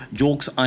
jokes